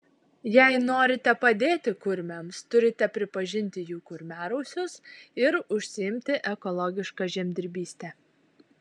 jei norite padėti kurmiams turite pripažinti jų kurmiarausius ir užsiimti ekologiška žemdirbyste